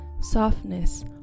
softness